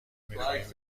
میخواهیم